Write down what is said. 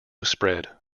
spread